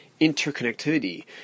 interconnectivity